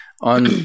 on